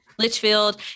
litchfield